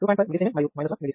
5mS మరియు 1mS